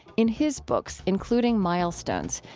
in his books, including milestones,